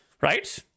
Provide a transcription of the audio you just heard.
right